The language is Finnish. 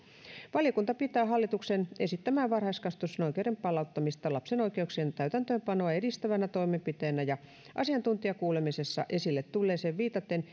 valiokunta pitää hallituksen esittämää varhaiskasvatusoikeuden palauttamista lapsen oikeuksien täytäntöönpanoa edistävänä toimenpiteenä ja asiantuntijakuulemisessa esille tulleeseen viitaten